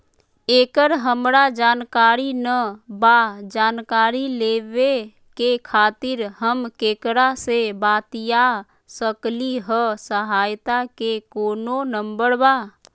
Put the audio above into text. एकर हमरा जानकारी न बा जानकारी लेवे के खातिर हम केकरा से बातिया सकली ह सहायता के कोनो नंबर बा?